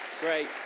Great